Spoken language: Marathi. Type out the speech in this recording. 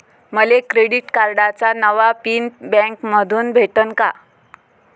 मले क्रेडिट कार्डाचा नवा पिन बँकेमंधून भेटन का?